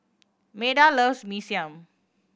Meda loves Mee Siam